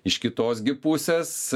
iš kitos gi pusės